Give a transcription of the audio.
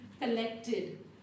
collected